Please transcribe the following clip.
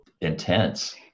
intense